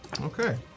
Okay